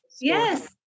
Yes